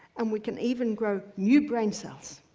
and we can even grow new brain cells.